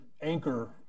anchor